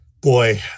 boy